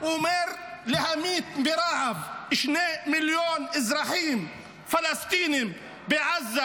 אומר להמית ברעב שני מיליוני אזרחים פלסטינים בעזה.